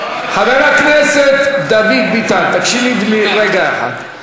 חבר הכנסת דוד ביטן, תקשיב לי רגע אחד.